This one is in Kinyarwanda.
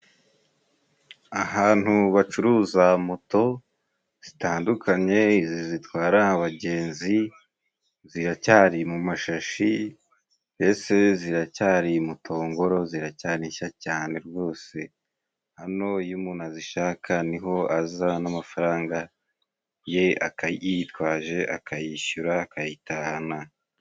Ahantu bacuruza moto zitandukanye，zitwara abagenzi， ziracyari mu mashashi，mbese ziracyari mu mutongoro， ziracyari nshya cyane rwose，hano iyo umuntu azishaka niho aza n'amafaranga ye ayitwaje， akayishyura， akayitahana.